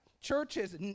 churches